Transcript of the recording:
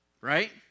Right